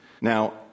Now